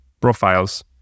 profiles